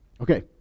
Okay